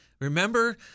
Remember